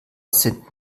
sind